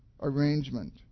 arrangement